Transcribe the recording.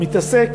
מתעסק